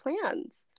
plans